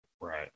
Right